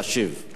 בבקשה.